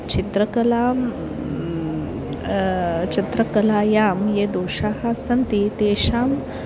चित्रकलां चित्रकलायां ये दोषाः सन्ति तेषां